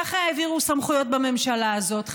ככה העבירו סמכויות בממשלה הזאת,